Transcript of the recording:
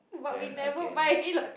then I can